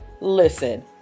listen